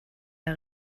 der